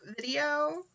video